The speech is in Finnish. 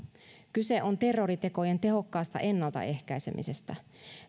kyse on terroritekojen tehokkaasta ennaltaehkäisemisestä